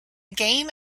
game